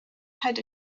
had